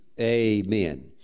Amen